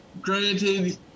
granted